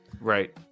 Right